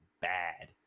bad